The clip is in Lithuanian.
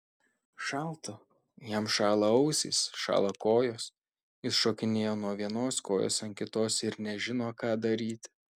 šalta jam šąla ausys šąla kojos jis šokinėja nuo vienos kojos ant kitos ir nežino ką daryti